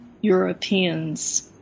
Europeans